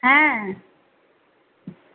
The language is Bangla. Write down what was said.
হ্যাঁ